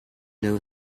know